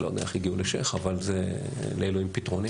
לא יודע איך הגיעו לשייח' אבל לאלוהים הפתרונים.